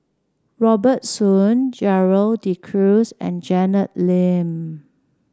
Robert Soon Gerald De Cruz and Janet Lim